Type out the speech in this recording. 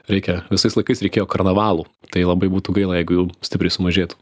reikia visais laikais reikėjo karnavalų tai labai būtų gaila jeigu jų stipriai sumažėtų